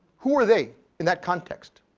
who are they in that context,